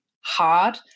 hard